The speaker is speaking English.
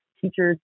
teachers